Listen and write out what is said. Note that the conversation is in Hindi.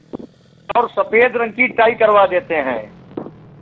और सफ़ेद रंग की टाई करवा देते हैं